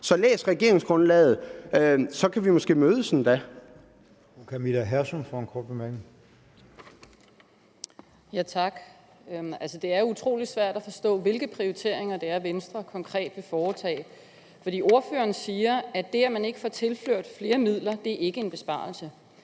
en kort bemærkning. Kl. 09:31 Camilla Hersom (RV): Tak. Det er utrolig svært at forstå, hvilke prioriteringer Venstre konkret vil foretage, for ordføreren siger, at det, at man ikke får tilført flere midler, ikke er en besparelse.